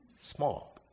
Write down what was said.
small